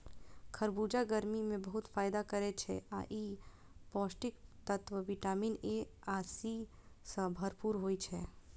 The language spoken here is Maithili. खरबूजा गर्मी मे बहुत फायदा करै छै आ ई पौष्टिक तत्व विटामिन ए आ सी सं भरपूर होइ छै